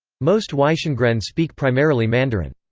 most waishengren speak primarily mandarin.